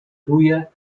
pluje